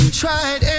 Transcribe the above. tried